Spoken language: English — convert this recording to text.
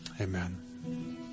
Amen